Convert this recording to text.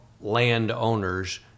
landowners